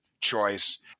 choice